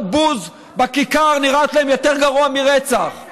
בוז בכיכר נראות להם יותר גרועות מרצח,